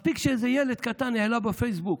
מספיק שאיזה ילד קטן העלה בפייסבוק